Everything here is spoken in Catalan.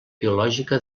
biològica